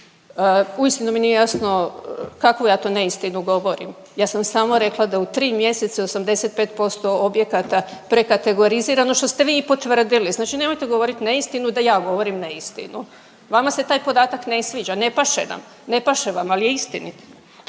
uistinu mi nije jasno kakvu ja to neistinu govorim. Ja sam samo rekla da u tri mjeseca je 85% objekata prekategorizirano što ste vi i potvrdili, znači nemojte govoriti neistinu da ja govorim neistinu. Vama se taj podatak ne sviđa, ne paše vam, ali je istinit.